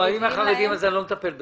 לא, אם זה לחרדים, אני לא מטפל בזה.